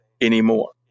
anymore